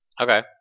Okay